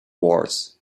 wars